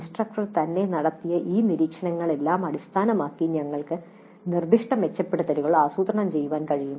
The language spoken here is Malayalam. ഇൻസ്ട്രക്ടർ തന്നെ നടത്തിയ ഈ നിരീക്ഷണങ്ങളെല്ലാം അടിസ്ഥാനമാക്കി ഞങ്ങൾക്ക് നിർദ്ദിഷ്ട മെച്ചപ്പെടുത്തലുകൾ ആസൂത്രണം ചെയ്യാൻ കഴിയും